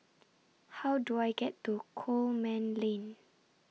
How Do I get to Coleman Lane